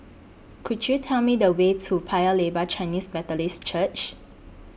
Could YOU Tell Me The Way to Paya Lebar Chinese Methodist Church